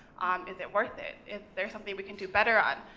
is it worth it? is there something we can do better on?